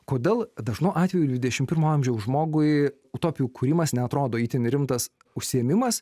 kodėl dažnu atveju dvidešim pirmo amžiaus žmogui utopijų kūrimas neatrodo itin rimtas užsiėmimas